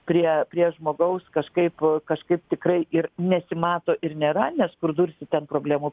prie prie žmogaus kažkaip kažkaip tikrai ir nesimato ir nėra nes kur dursi ten problemų